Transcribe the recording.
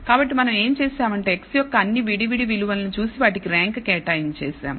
కాబట్టి మనం ఏమి చేసామంటే x యొక్క అన్ని విడి విడి విలువలను చూసి వాటికి ర్యాంక్ కేటాయించాం